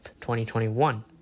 2021